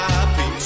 Happy